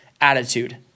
attitude